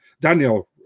Daniel